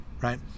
right